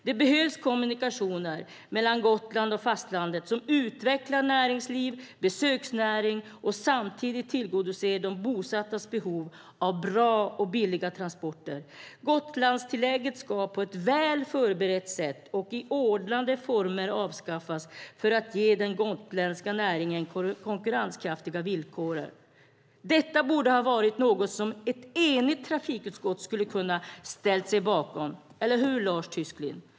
Det behövs kommunikationer mellan Gotland och fastlandet som utvecklar näringsliv och besöksnäring och samtidigt tillgodoser de bosattas behov av bra och billiga transporter. Gotlandstillägget ska på ett väl förberett sätt och i ordnade former avskaffas för att ge den gotländska näringen konkurrenskraftiga villkor. Detta borde ett enigt trafikutskott ha kunnat ställa sig bakom, eller hur, Lars Tysklind?